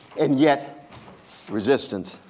and yet resistance,